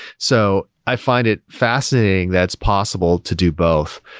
so i find it fascinating that it's possible to do both.